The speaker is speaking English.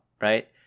right